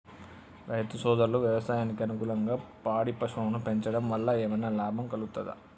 రైతు సోదరులు వ్యవసాయానికి అనుకూలంగా పాడి పశువులను పెంచడం వల్ల ఏమన్నా లాభం కలుగుతదా?